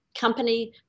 company